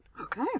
Okay